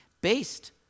based